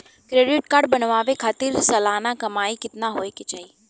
Credit card बनवावे खातिर सालाना कमाई कितना होए के चाही?